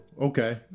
Okay